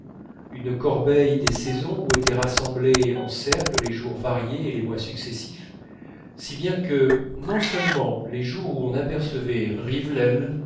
une corbeille des saisons où étaient rassemblés en cercle les jours variés et les mois successifs si bien que non seulement les jours où on apercevait rivebelle